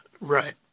right